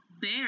bear